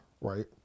right